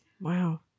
Wow